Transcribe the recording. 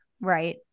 Right